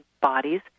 bodies